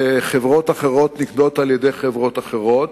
וחברות אחרות נקנות על-ידי חברות אחרות,